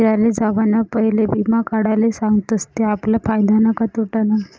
फिराले जावाना पयले वीमा काढाले सांगतस ते आपला फायदानं का तोटानं